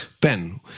Ben